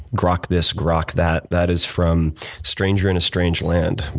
grock this, grock that, that is from stranger in a strange land,